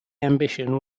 ambition